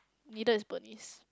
needed is Bernice